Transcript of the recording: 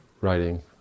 writing